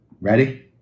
Ready